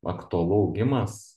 aktualu augimas